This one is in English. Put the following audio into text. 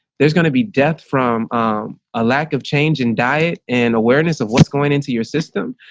there's going to be depth from a lack of change in diet and awareness of what's going into your system.